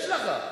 זה חלק מהעניין.